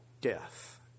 death